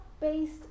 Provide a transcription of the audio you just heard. based